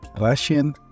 Russian